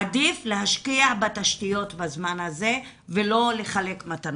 עדיף להשקיע בתשתיות בזמן הזה ולא לחלק מתנות.